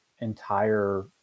entire